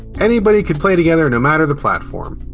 anybody could play together no matter the platform.